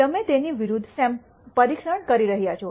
તમે તેની વિરુદ્ધ પરીક્ષણ કરી રહ્યાં છો